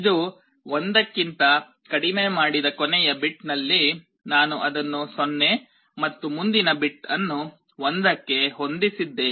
ಇದು 1 ಕ್ಕಿಂತ ಕಡಿಮೆ ಮಾಡಿದ ಕೊನೆಯ ಬಿಟ್ನಲ್ಲಿ ನಾನು ಅದನ್ನು 0 ಮತ್ತು ಮುಂದಿನ ಬಿಟ್ ಅನ್ನು 1 ಕ್ಕೆ ಹೊಂದಿಸಿದ್ದೇನೆ